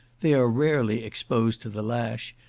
they are rarely exposed to the lash,